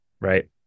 right